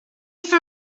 for